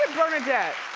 bernadette.